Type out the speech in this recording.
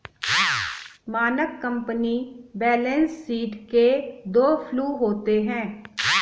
मानक company balance sheet के दो फ्लू होते हैं